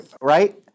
right